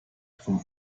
vom